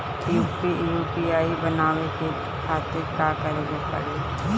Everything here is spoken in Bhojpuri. यू.पी.आई बनावे के खातिर का करे के पड़ी?